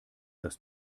das